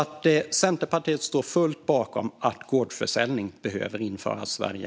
Centerpartiet står alltså helt bakom att gårdsförsäljning behöver införas i Sverige.